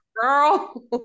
Girl